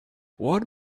what